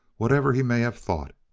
whatever he may have thought.